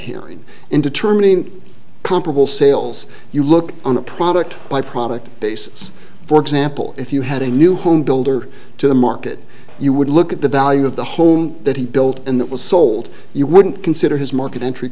herring in determining comparable sales you look on a product by product basis for example if you had a new home builder to the market you would look at the value of the home that he built and that was sold you wouldn't consider his market entry